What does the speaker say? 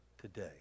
today